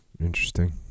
interesting